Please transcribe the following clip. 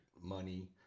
money